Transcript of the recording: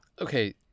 Okay